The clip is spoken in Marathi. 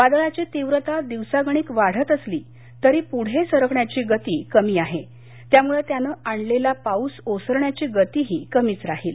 वादळाची तीव्रता दिवसागणिक वाढत असली तरी पुढे सरकण्याची गती कमी आहे त्यामुळे त्यांन आणलेला पाऊस ओसरण्याची गतीही कमीच राहील